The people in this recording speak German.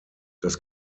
das